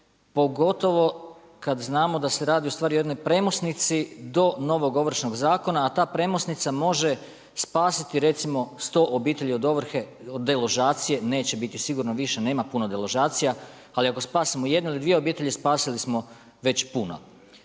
pogotovo kada znamo da se radi o jednoj premosnici do novog ovršnog zakona, a ta premosnica može spasiti recimo sto obitelji od ovrhe. Deložacije neće biti sigurno više, nema puno deložacija, ali ako spasimo jednu ili dvije obitelji spasili smo već puno.